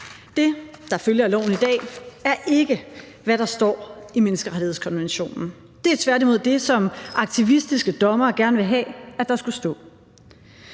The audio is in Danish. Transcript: Det, der følger af loven i dag, er ikke, hvad der står i menneskerettighedskonventionen. Det er tværtimod det, som aktivistiske dommere gerne vil have at der skulle stå.